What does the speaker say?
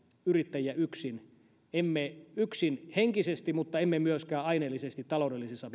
yrittäjiä yksin emme yksin henkisesti mutta emme myöskään aineellisesti taloudellisessa